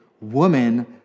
woman